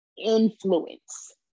Influence